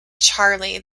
charlie